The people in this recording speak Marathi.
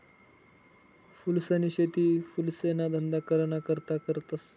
फूलसनी शेती फुलेसना धंदा कराना करता करतस